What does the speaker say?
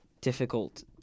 difficult